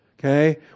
Okay